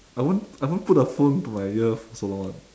I won't I won't put the phone to my ear for so long [one]